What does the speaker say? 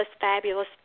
fabulous